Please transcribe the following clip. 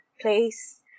place